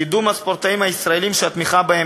קידום הספורטאים הישראלים שהתמיכה בהם